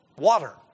water